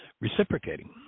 reciprocating